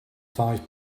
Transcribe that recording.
five